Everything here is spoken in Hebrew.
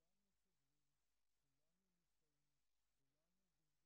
אז בואו נתחיל מתיקון עוול היסטורי שהוא עוול מאוד